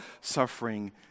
suffering